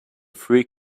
free